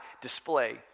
display